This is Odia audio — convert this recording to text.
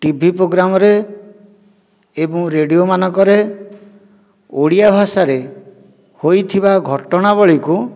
ଟିଭି ପୋଗ୍ରାମରେ ଏବଂ ରେଡିଓ ମାନଙ୍କରେ ଓଡ଼ିଆ ଭାଷାରେ ହୋଇଥିବା ଘଟଣାବଳୀକୁ